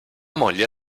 moglie